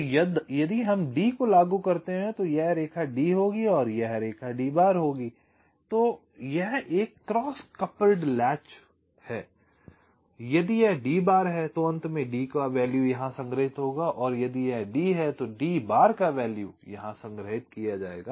तो यदि हम D को लागू करते हैं तो यह रेखा D होगी यह रेखा D बार होगी और यह एक क्रॉस कपल्ड लैच है यदि यह D बार है तो अंत में D का वैल्यू यहाँ संग्रहित होगा और यदि यह D है तो D बार का वैल्यू यहाँ संग्रहित किया जाएगा